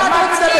אין מה, אני נגדם.